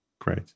great